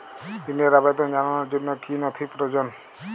ঋনের আবেদন জানানোর জন্য কী কী নথি প্রয়োজন?